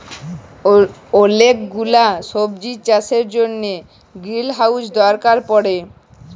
ওলেক গুলা সবজির চাষের জনহ গ্রিলহাউজ দরকার পড়ে